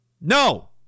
No